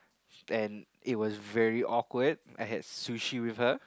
and it was very awkward I had sushi with her